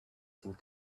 seemed